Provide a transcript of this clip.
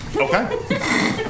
Okay